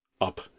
up